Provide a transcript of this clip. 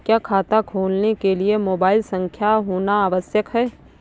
क्या खाता खोलने के लिए मोबाइल संख्या होना आवश्यक है?